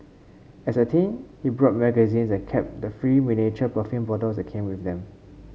as a teen he bought magazines and kept the free miniature perfume bottles that came with them